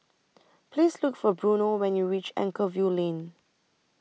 Please Look For Bruno when YOU REACH Anchorvale Lane